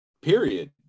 period